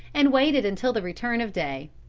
and waited until the return of day.